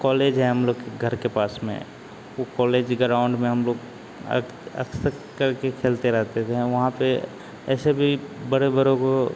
college है हमलोग के घर के पास में वह कॉलेज ग्राउन्ड में हमलोग अक्सर करके क्रिकेट खेलते रहते थे वहाँ पर ऐसे भी बड़े बड़ों को